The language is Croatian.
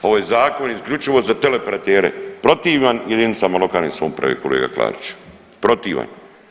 Ovo je zakon isključivo za teleoperatere protivan jedinicama lokalne samouprave kolega Klariću, protivan.